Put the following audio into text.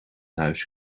huis